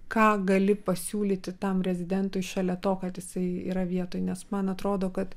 ką gali pasiūlyti tam prezidentui šalia to kad jisai yra vietoj nes man atrodo kad